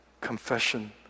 confession